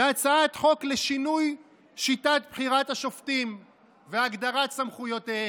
בהצעת חוק לשינוי שיטת בחירת השופטים והגדרת סמכויותיהם.